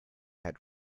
had